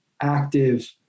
active